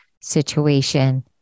situation